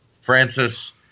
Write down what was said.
Francis